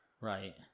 right